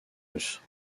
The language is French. russes